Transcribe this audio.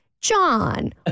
John